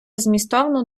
змістовну